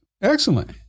Excellent